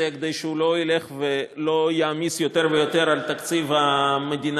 כדי שהוא לא ילך ויעמיס יותר ויותר על תקציב המדינה,